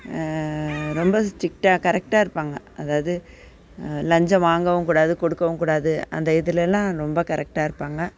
ரொம்ப ஸ்டிக்டாக கரெக்டாக இருப்பாங்க அதாவது லஞ்சம் வாங்கவும் கூடாது கொடுக்கவும் கூடாது அந்த இதெலலாம் ரொம்ப கரெக்டாக இருப்பாங்க